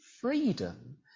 freedom